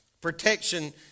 Protection